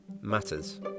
matters